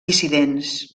dissidents